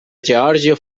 geòrgia